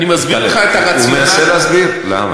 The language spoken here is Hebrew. טלב, הוא מנסה להסביר למה.